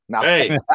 Hey